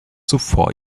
zuvor